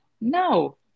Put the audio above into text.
No